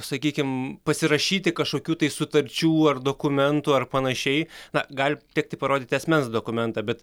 sakykim pasirašyti kažkokių tai sutarčių ar dokumentų ar panašiai na gali tekti parodyti asmens dokumentą bet